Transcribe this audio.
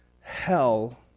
hell